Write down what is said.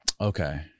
Okay